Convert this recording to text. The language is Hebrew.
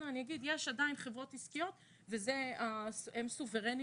יש עדיין חברות עסקיות והם סוברנים